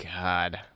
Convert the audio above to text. God